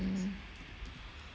mm